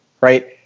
right